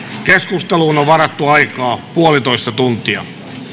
keskusteluun on varattu aikaa puolitoista tuntia